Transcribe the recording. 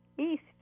East